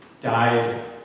died